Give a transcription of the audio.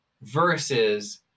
versus